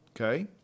okay